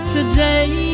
Today